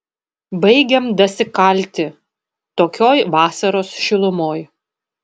baigiam dasikalti tokioj vasaros šilumoj